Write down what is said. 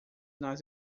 nas